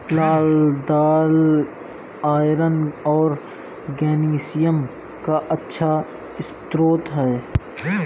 लाल दालआयरन और मैग्नीशियम का अच्छा स्रोत है